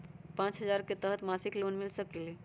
पाँच हजार के तहत मासिक लोन मिल सकील?